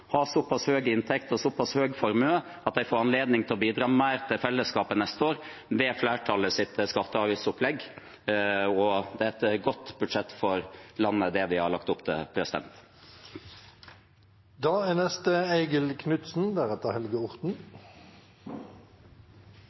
har så pass høy inntekt og så pass høy formue at de får anledning til å bidra mer til fellesskapet neste år ved flertallets skatte- og avgiftsopplegg. Det er et godt budsjett for landet det vi har lagt opp til. Det er